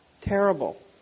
terrible